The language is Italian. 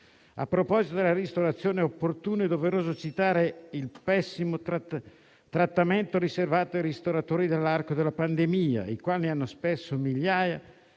A proposito della ristorazione è opportuno e doveroso citare il pessimo trattamento riservato ai ristoratori nell'arco della pandemia, i quali, nonostante abbiano